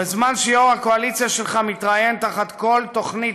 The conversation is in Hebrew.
בזמן שיו"ר הקואליציה שלך מתראיין בכל תוכנית